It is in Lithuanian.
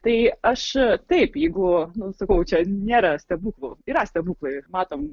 tai aš taip jeigu nu sakau čia nėra stebuklų yra stebuklai matom